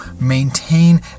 maintain